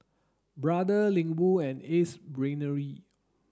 Brother Ling Wu and Ace Brainery